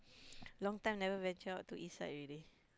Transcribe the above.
long time never venture out to east side already